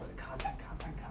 content, content.